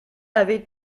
avait